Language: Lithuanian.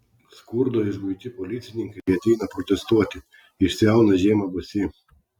skurdo išguiti policininkai ateina protestuoti išsiauna žiemą basi